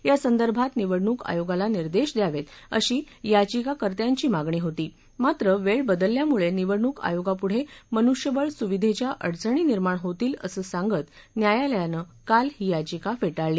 या संदर्भात निवडणूक आयोगाला निर्देश द्यावेत अशी याचिकाकर्त्यांची मागणी होती मात्र वेळ बदल्यामुळे निवडणूक आयोगापूढं मनुष्यबळ सुविधेच्या अडचणी निर्माण होतील असं सांगत न्यायालयानं काल ही याचिका फेटाळली